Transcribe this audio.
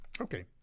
Okay